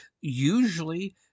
Usually